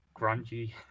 grungy